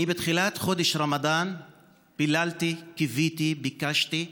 בתחילת חודש רמדאן פיללתי, קיוויתי, ביקשתי,